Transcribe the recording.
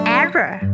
error